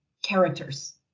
characters